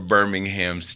Birmingham